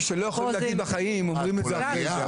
מי שלא יכולים להגיד לו בחיים אומרים את זה אחרי זה,